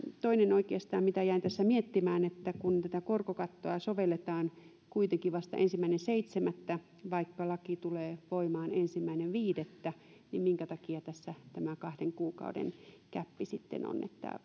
toinen asia mitä jäin tässä miettimään kun tätä korkokattoa sovelletaan kuitenkin vasta ensimmäinen seitsemättä vaikka laki tulee voimaan ensimmäinen viidettä niin minkä takia tässä tämä kahden kuukauden gäppi sitten on